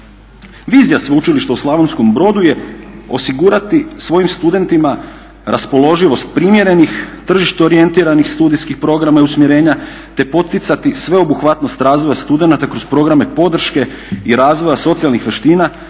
Vizija sveučilišta u Slavonskom Brodu je osigurati svojim studentima raspoloživost primjerenih, tržištu orijentiranih studijskih programa i usmjerenja, te poticati sveobuhvatnost razvoja studenata kroz programe podrške i razvoja socijalnih vještina,